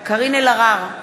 קארין אלהרר,